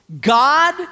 God